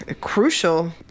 crucial